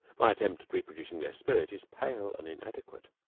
my attempt at reproducing their spirit is pale and inadequate.